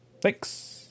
Thanks